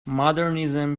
modernism